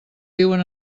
viuen